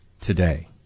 today